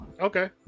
okay